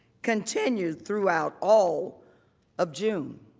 continued throughout all of june.